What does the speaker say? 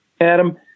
Adam